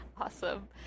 Awesome